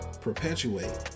perpetuate